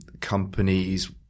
companies